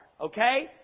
Okay